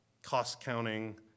cost-counting